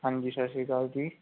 ਹਾਂਜੀ ਸਤਿ ਸ਼੍ਰੀ ਅਕਾਲ ਜੀ